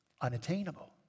unattainable